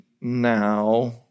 now